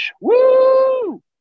Woo